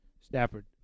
Stafford